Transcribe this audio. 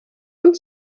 und